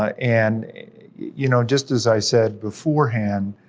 and you know, just as i said beforehand,